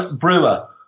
Brewer